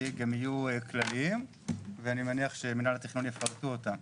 יהיו כלליים ואני מניח שמינהל התכנון יפרטו אותם.